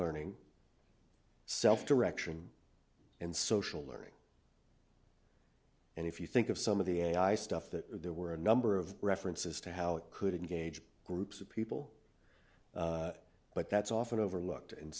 learning self direction and social learning and if you think of some of the ai stuff that there were a number of references to how it could engage groups of people but that's often overlooked and